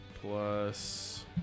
plus